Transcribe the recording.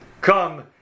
come